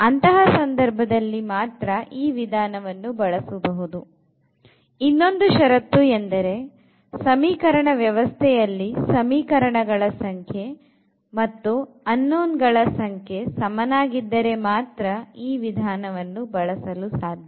ಅಂತಹ ಸಂದರ್ಭದಲ್ಲಿ ಮಾತ್ರ ಈ ವಿಧಾನವನ್ನು ಬಳಸಬಹುದು ಇನ್ನೊಂದು ಷರತ್ತು ಎಂದರೆ ಸಮೀಕರಣ ವ್ಯವಸ್ಥೆಯಲ್ಲಿ ಸಮೀಕರಣ ಗಳ ಸಂಖ್ಯೆ ಮತ್ತು unknownಗಳ ಸಂಖ್ಯೆ ಸಮನಾಗಿದ್ದರೆ ಮಾತ್ರ ಈ ವಿಧಾನವನ್ನು ಬಳಸಲು ಸಾಧ್ಯ